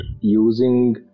using